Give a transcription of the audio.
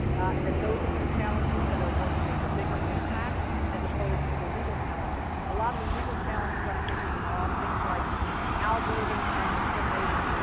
and that those will be the challenges that are going to make the bigger impact as opposed to the legal challenges. a lot of the legal challenges are and things, are on things like algorithms and discrimination.